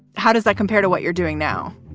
how does that compare to what you're doing now?